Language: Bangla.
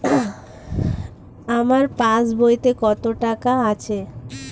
আমার পাস বইতে কত টাকা আছে?